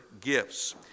Gifts